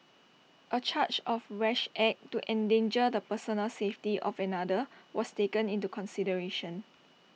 A charge of rash act to endanger the personal safety of another was taken into consideration